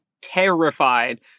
terrified